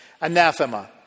anathema